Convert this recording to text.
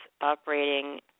operating